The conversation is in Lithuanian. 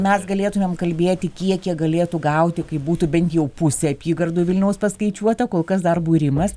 mes galėtumėm kalbėti kiek jie galėtų gauti kaip būtų bent jau pusė apygardų vilniaus paskaičiuota kol kas dar būrimas